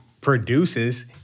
produces